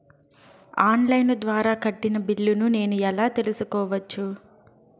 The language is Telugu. ఆన్ లైను ద్వారా కట్టిన బిల్లును నేను ఎలా తెలుసుకోవచ్చు?